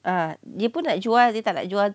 uh dia pun nak jual dia tak nak jual